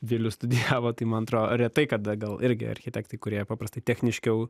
vilius studijavo tai man atro retai kada gal irgi architektai kurie paprastai techniškiau